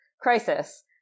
crisis